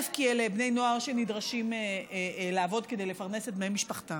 כי אלה בני נוער שנדרשים לעבוד כדי לפרנס את בני משפחתם,